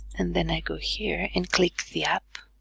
and then i go here and click the up